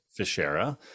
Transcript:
Fischera